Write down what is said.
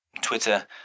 Twitter